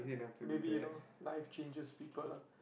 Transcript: maybe you know life changes people lah